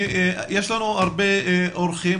יש לנו הרבה אורחים,